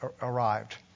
arrived